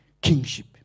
kingship